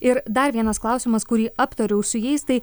ir dar vienas klausimas kurį aptariau su jais tai